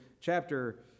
chapter